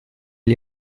gli